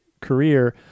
career